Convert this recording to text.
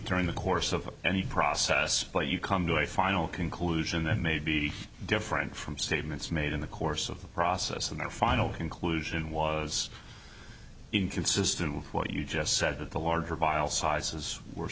during the course of any process but you come to a final conclusion that may be different from statements made in the course of the process of that final conclusion was inconsistent with what you just said that the larger vial sizes were